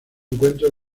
encuentra